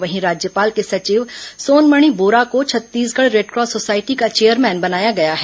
वहीं राज्यपाल के सचिव सोनमणि बोरा को छत्तीसगढ़ रेडक्रॉस सोसायटी का चेयरमैन बनाया गया है